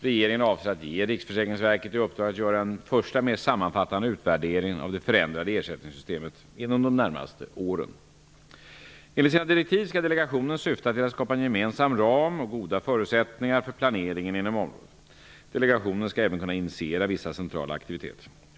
Regeringen avser att ge Riksförsäkringsverket i uppdrag att göra en första mer sammanfattande utvärdering av det förändrade ersättningssystemet inom de närmaste åren. Enligt sina direktiv skall delegationen syfta till att skapa en gemensam ram och goda förutsättningar för planeringen inom området. Delegationen skall även kunna initiera vissa centrala aktiviteter.